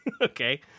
Okay